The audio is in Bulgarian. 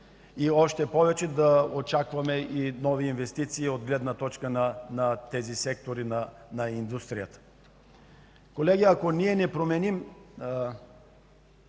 още повече и да очакваме нови инвестиции от гледна точка на тези сектори на индустрията. Колеги, ако ние не променим